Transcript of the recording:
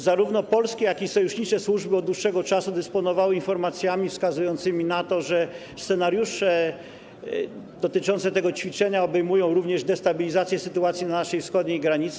Zarówno polskie, jak i sojusznicze służby od dłuższego czasu dysponowały informacjami wskazującymi na to, że scenariusze dotyczące tych ćwiczeń obejmują również destabilizację sytuacji na naszej wschodniej granicy.